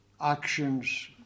actions